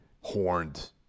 horned